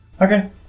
okay